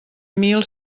mil